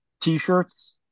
T-shirts